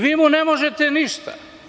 Vi mu ne možete ništa.